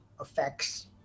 effects